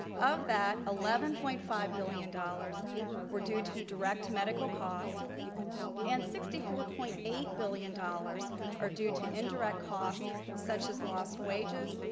of that, eleven point five billion dollars were due to direct medical costs and sixty four point eight billion dollars are due to indirect costs such as lost wages,